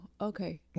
okay